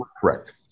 correct